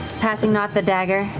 passing nott the dagger